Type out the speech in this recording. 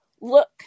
look